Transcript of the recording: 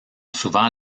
souvent